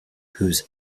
whose